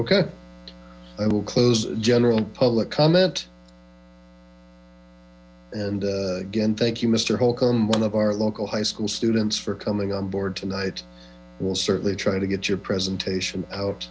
okay i will close general public comment and again thank you mister holcomb one of our local high school students for coming on board tonight we'll certainly try to get your presentation out